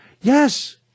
Yes